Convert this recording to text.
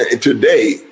today